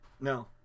No